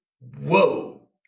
Whoa